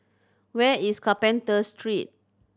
where is Carpenter Street